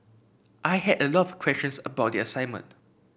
I had a lot of questions about the assignment